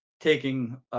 taking